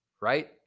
right